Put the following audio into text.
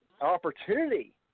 opportunity